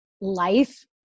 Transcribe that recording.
life